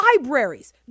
libraries